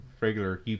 regular